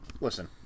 Listen